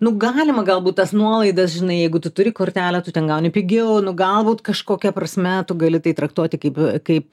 nu galima galbūt tas nuolaidas žinai jeigu tu turi kortelę tu ten gauni pigiau galbūt kažkokia prasme tu gali tai traktuoti kaip kaip